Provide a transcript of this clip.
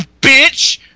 bitch